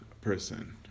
person